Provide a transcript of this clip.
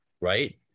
right